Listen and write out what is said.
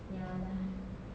ya lah